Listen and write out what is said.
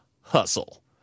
hustle